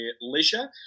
leisure